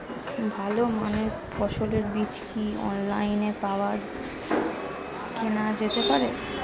ভালো মানের ফসলের বীজ কি অনলাইনে পাওয়া কেনা যেতে পারে?